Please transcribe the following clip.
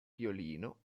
violino